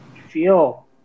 feel